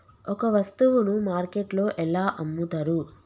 ఒక వస్తువును మార్కెట్లో ఎలా అమ్ముతరు?